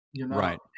Right